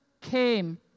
came